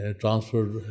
transferred